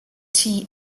tea